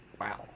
wow